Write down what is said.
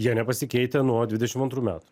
jie nepasikeitę nuo dvidešim antrų metų